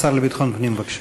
השר לביטחון הפנים, בבקשה.